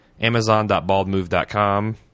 amazon.baldmove.com